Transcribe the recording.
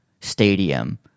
stadium